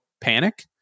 panic